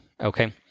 Okay